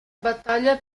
battaglia